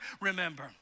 remember